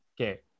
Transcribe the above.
Okay